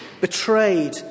betrayed